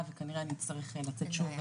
לא תעלה בתוך ארבעה